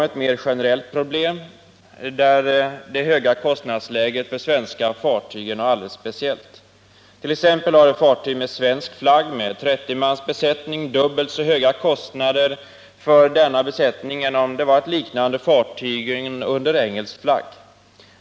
Ett mer generellt problem är det höga kostnadsläget för svenska fartyg. Ett fartyg under svensk flagg med 30 mans besättning har t.ex. dubbelt så höga kostnader för denna besättning än ett liknande fartyg under engelsk flagg skulle ha.